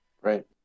Right